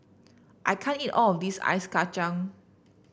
I can't eat all of this Ice Kacang